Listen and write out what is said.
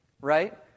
right